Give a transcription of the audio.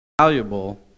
valuable